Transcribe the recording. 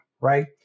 right